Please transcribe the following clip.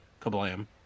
Kablam